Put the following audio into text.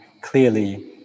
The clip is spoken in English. clearly